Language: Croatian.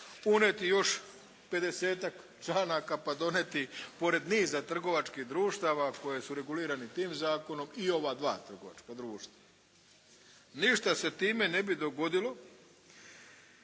unijeti još 50-tak članaka pa donijeti pored niza trgovačkih društava koje su regulirani tim zakonom i ova dva trgovačka društva. Ništa se time ne bi dogodilo